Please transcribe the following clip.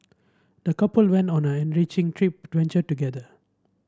the couple went on an enriching trip adventure together